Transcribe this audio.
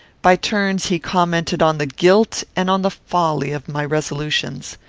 by turns he commented on the guilt and on the folly of my resolutions.